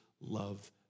love